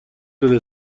بده